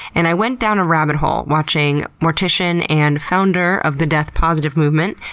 and i went down a rabbit hole watching mortician and founder of the death positive movement,